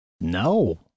No